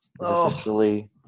officially